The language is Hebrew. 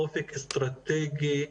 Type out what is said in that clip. אופק אסטרטגי,